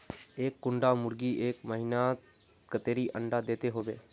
एक कुंडा मुर्गी एक महीनात कतेरी अंडा दो होबे?